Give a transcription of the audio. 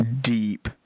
deep